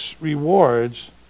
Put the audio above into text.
rewards